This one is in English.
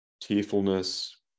tearfulness